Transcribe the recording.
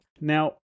now